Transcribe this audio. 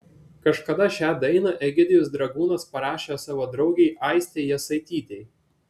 kažkada šią dainą egidijus dragūnas parašė savo draugei aistei jasaitytei